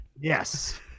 Yes